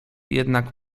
jednak